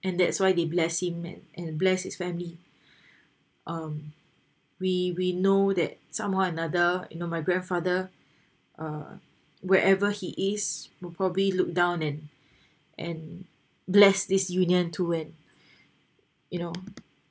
and that's why they bless him and and bless his family um we we know that somehow another you know my grandfather uh wherever he is will probably look down and and bless this union to win you know